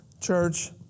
church